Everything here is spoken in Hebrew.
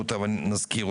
לקחת